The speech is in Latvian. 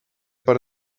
par